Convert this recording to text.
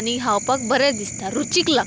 आनी हावपाक बरें दिसता रुचीक लागता